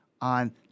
on